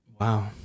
Wow